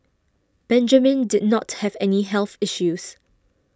Benjamin did not have any health issues